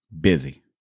busy